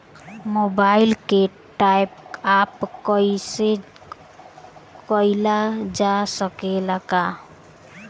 Mobile के top आप कराइल जा सकेला का?